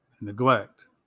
neglect